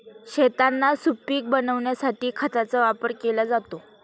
शेतांना सुपीक बनविण्यासाठी खतांचा वापर केला जातो